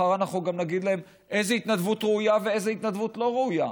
מחר אנחנו גם נגיד להם איזו התנדבות ראויה ואיזו התנדבות לא ראויה.